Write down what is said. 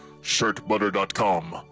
ShirtButter.com